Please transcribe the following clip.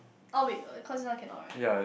oh wait cause this one cannot right